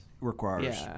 requires